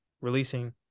releasing